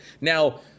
Now